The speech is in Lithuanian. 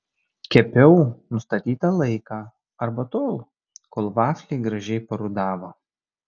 kepiau nustatytą laiką arba tol kol vafliai gražiai parudavo